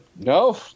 No